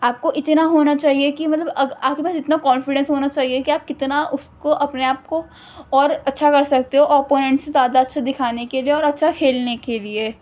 آپ کو اتنا ہونا چاہیے کہ مطلب آپ کے پاس اتنا کانفیڈینس ہونا چاہیے کہ آپ کتنا اس کو اپنے آپ کو اور اچھا کر سکتے ہو اوپوننٹس زیادہ اچھا دکھانے کے لیے اور اچھا کھیلنے کے لیے